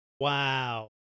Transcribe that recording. Wow